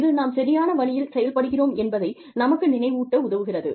இது நாம் சரியான வழியில் செயல்படுகிறோம் என்பதை நமக்கு நினைவூட்ட உதவுகிறது